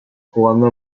jugando